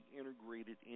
integrated